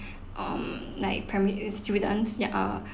um like primary students ya err